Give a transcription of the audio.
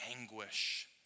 anguish